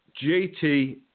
JT